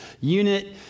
unit